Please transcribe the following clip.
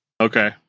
Okay